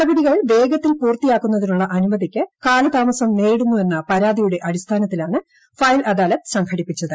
നടപടികൾ വേഗത്തിൽ പൂർത്തിയാക്കുന്നതിനുള്ള അനുമതിക്ക് കാലതാമസം നേരിടുന്നുവെന്ന പരാതിയുടെ അടിസ്ഥാനത്തിലാണ് ഫയൽ അദാലത്ത് സംഘടിപ്പിച്ചത്